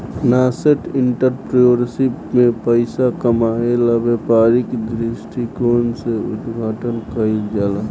nascent entrepreneurship में पइसा कामायेला व्यापारिक दृश्टिकोण से उद्घाटन कईल जाला